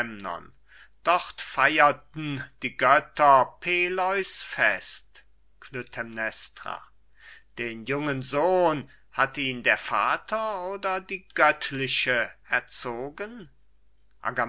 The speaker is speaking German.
dort feierten die götter peleus fest klytämnestra den jungen sohn hat ihn der vater oder die göttliche erzogen